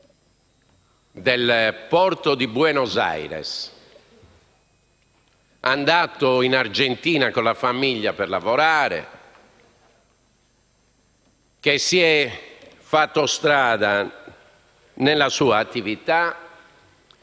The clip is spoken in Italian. del porto di Buenos Aires, andato in Argentina con la famiglia per lavorare, che si è fatto strada nella sua attività,